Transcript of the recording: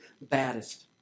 baddest